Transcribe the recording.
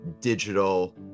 digital